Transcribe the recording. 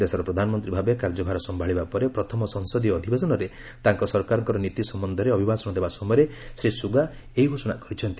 ଦେଶର ପ୍ରଧାନମନ୍ତ୍ରୀ ଭାବେ କାର୍ଯ୍ୟଭାର ସମ୍ଭାଳିବା ପରେ ପ୍ରଥମ ସଂସଦୀୟ ଅଧିବେଶନରେ ତାଙ୍କ ସରକାରଙ୍କର ନୀତି ସମ୍ୟନ୍ଧରେ ଅଭିଭାଷଣ ଦେବା ସମୟରେ ଶ୍ରୀ ସୁଗା ଏହି ଘୋଷଣା କରିଛନ୍ତି